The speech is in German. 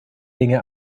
dinge